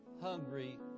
hungry